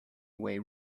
way